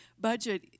budget